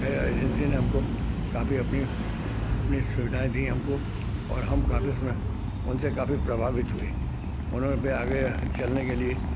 खैर एजेंसी ने हमको काफ़ी अपनी अपनी सुविधाएँ दी है हमको और हम काफ़ी उसमें उनसे काफ़ी प्रभावित हुए उन्होंने अपने आगे चलने के लिए